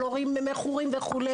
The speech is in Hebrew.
של הורים מכורים וכו',